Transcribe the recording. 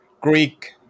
Greek